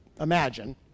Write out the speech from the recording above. imagine